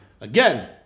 Again